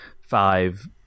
five